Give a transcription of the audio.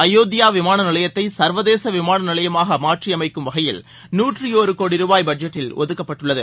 அயோத்தியா விமான நிலையத்தை சர்வதேச விமான நிலையமாக மாற்றியமைக்கும் வகையில் நூற்றியோரு கோடி ரூபாய் பட்ஜெட்டில் ஒதுக்கப்பட்டுள்ளது